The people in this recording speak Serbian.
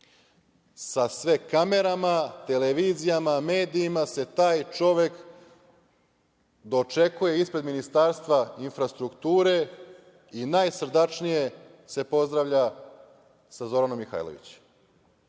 sa sve kamerama, televizijama, medijima, se taj čovek dočekuje ispred Ministarstva infrastrukture i najsrdačnije se pozdravlja sa Zoranom Mihajlović.